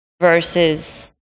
versus